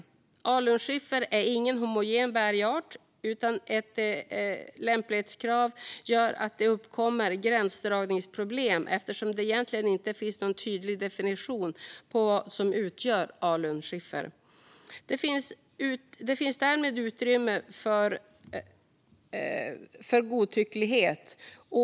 Alunskiffer är ingen homogen bergart, och ett lämplighetskrav gör att det uppkommer gränsdragningsproblem eftersom det egentligen inte finns en tydlig definition av vad som utgör alunskiffer. Det finns därmed utrymme för godtycklighet.